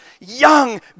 young